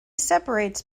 separates